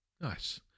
Nice